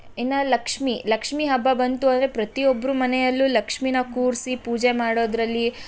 ಇನ್ನು ಲಕ್ಷ್ಮಿ ಲಕ್ಷ್ಮಿ ಹಬ್ಬ ಬಂತು ಅಂದರೆ ಪ್ರತಿಯೊಬ್ಬರ ಮನೆಯಲ್ಲೂ ಲಕ್ಷ್ಮೀನ ಕೂರಿಸಿ ಪೂಜೆ ಮಾಡೋದರಲ್ಲಿ